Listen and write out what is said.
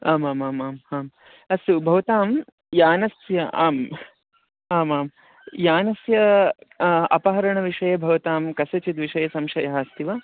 आमामाम् आं हा अस्तु भवतां यानस्य आम् आमां यानस्य अपहरणविषये भवतां कस्यचिद् विषये संशयः अस्ति वा